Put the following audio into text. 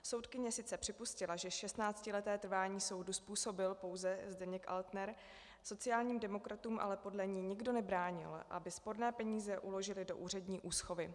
Soudkyně sice připustila, že šestnáctileté trvání soudu způsobil pouze Zdeněk Altner, sociálním demokratům ale podle ní nikdo nebránil, aby sporné peníze uložili do úřední úschovy.